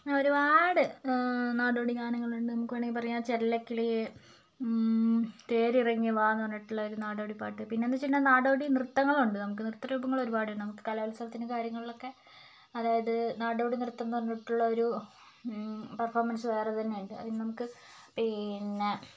ഒരുപാട് നാടോടിഗാനങ്ങളുണ്ട് നമുക്ക് വേണമെങ്കിൽ പറയാം ചെല്ലക്കിളിയേ തേരിറങ്ങിവാ എന്നു പറഞ്ഞിട്ടുള്ളൊരു നാടോടിപ്പാട്ട് പിന്നെന്താന്നുവെച്ചിട്ടുണ്ടെങ്കില് പിന്നെ നാടോടിനൃത്തങ്ങളുണ്ട് നമുക്ക് നൃത്തരൂപങ്ങൾ ഒരുപാടുണ്ട് നമുക്ക് കലോത്സവത്തിനും കാര്യങ്ങളിലൊക്കെ അതായത് നാടോടിനൃത്തമെന്നു പറഞ്ഞിട്ടുള്ള ഒരു പെർഫോമൻസ് വേറെ തന്നെയുണ്ട് അത് നമുക്ക് പിന്നെ